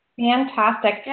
Fantastic